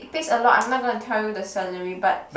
it pays a lot I'm not going to tell you the salary but